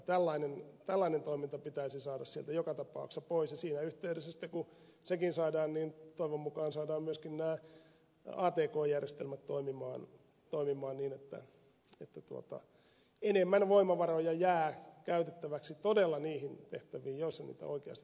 kyllä tällainen toiminta pitäisi saada sieltä joka tapauksessa pois ja siinä yhteydessä sitten kun sekin saadaan niin toivon mukaan saadaan myöskin nämä atk järjestelmät toimimaan niin että enemmän voimavaroja jää käytettäväksi todella niihin tehtäviin joissa niitä oikeasti tarvitaan